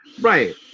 right